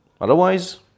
Otherwise